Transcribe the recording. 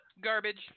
garbage